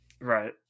Right